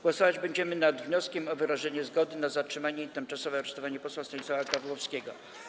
Głosować będziemy nad wnioskiem o wyrażenie zgody na zatrzymanie i tymczasowe aresztowanie posła Stanisława Gawłowskiego.